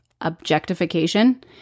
objectification